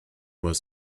was